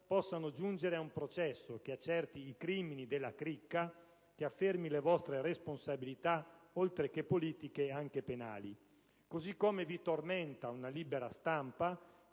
possano giungere ad un processo che accerti i crimini della "cricca", che affermi le vostre responsabilità, oltre che politiche, anche penali. Così come vi tormenta una libera stampa